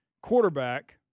quarterback